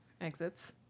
exits